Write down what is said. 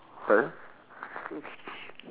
tak ke